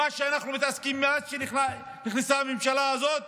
מה שאנחנו מתעסקים בו מאז שנכנסה הממשלה הזאת